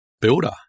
builder